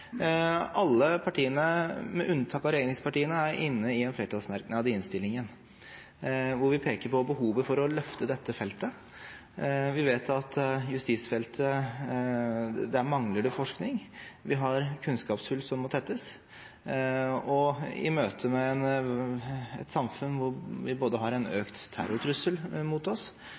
Alle partiene – med unntak av regjeringspartiene – er med på en flertallsmerknad i innstillingen hvor vi peker på behovet for å løfte dette feltet. Vi vet at justisfeltet mangler forskning. Vi har kunnskapshull som må tettes. I møte med et samfunn hvor vi har både en økt terrortrussel mot oss